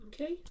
Okay